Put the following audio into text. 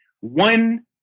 one